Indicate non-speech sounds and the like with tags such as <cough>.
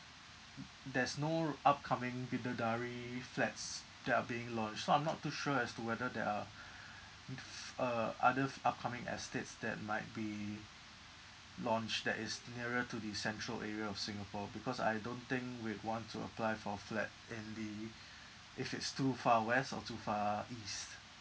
<noise> there's no r~ upcoming bidadari flats that are being launched so I'm not too sure as to whether there are <noise> uh other f~ upcoming estates that might be launched that is nearer to the central area of singapore because I don't think we'd want to apply for a flat in the if it's too far west or too far east